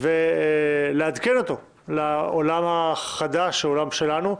ולעדכן אותו לעולם החדש, העולם שלנו,